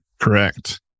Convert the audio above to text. correct